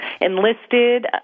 enlisted